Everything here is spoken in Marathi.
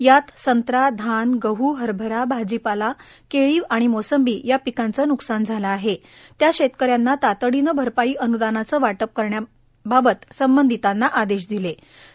यात संत्रा धान गह हरभरा भाजीपाला केळी मोसंबी या पिकांचे नुकसान झाले आहे त्या शेतकऱ्यांना तातडीनं भरपाई अनुदानाचं वाटप करण्याबाबत सर्वधितांना आदेश दिलेत